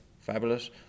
Fabulous